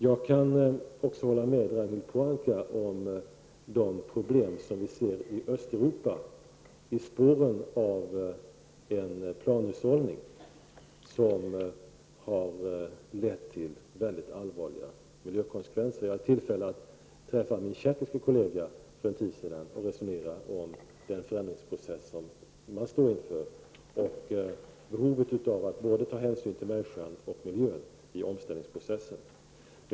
Jag kan hålla med Ragnhild Pohanka om de problem vi ser i Östeuropa i spåren av den planhushållning som lett till mycket allvarliga miljökonsekvenser. Jag hade för en tid sedan tillfälle att träffa min tjeckiske kollega och resonera om den förändringsprocess som man står inför och behovet av att ta hänsyn både till människan och miljön i omställningsprocessen.